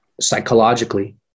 psychologically